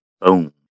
Boom